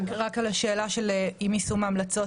רק לגבי השאלה של עם יישום ההמלצות,